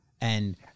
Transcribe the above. And-